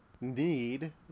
Need